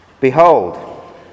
Behold